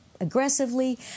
aggressively